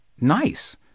nice